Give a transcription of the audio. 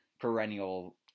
perennial